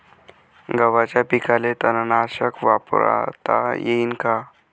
गव्हाच्या पिकाले तननाशक वापरता येईन का?